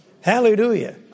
Hallelujah